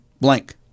blank